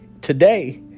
today